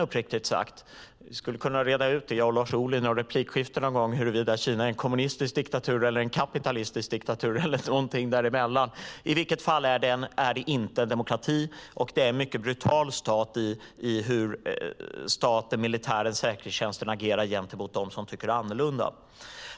Vi skulle kunna reda ut, jag och Lars Ohly, i något replikskifte någon gång huruvida Kina är en kommunistisk diktatur, en kapitalistisk diktatur eller någonting däremellan. I vilket fall är det inte en demokrati, och det är en mycket brutal stat när det gäller hur staten, militären, säkerhetstjänsten agerar gentemot dem som tycker annorlunda.